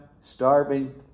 starving